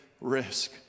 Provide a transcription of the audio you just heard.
risk